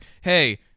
hey